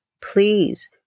please